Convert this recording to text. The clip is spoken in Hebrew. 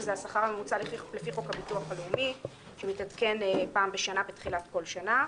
שזה השכר הממוצע לפי חוק הביטוח הלאומי שמתעדכן פעם בשנה בתחילת כל שנה.